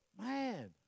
Man